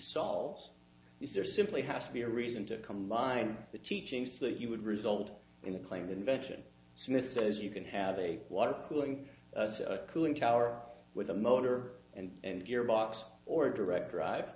solves is there simply has to be a reason to combine the teachings that you would result in the claimed invention smith says you can have a water cooling cooling tower with a motor and and gearbox or direct